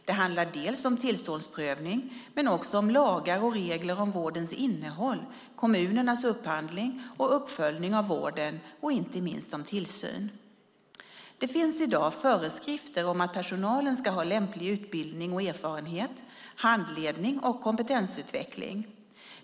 Det handlar om tillståndsprövning men också om lagar och regler om vårdens innehåll, kommunernas upphandling och uppföljning av vården samt inte minst om tillsyn. Det finns i dag föreskrifter om att personalen ska ha lämplig utbildning och erfarenhet, handledning och kompetensutveckling.